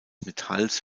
metalls